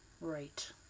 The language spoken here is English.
Right